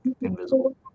invisible